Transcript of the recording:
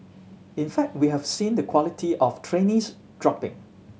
in fact we have seen the quality of trainees dropping